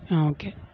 ആ ഓക്കെ